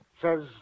says